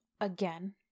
again